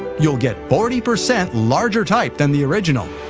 you'll get forty percent larger type than the original.